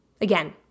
Again